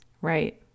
right